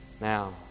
Now